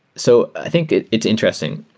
so i think it's interesting.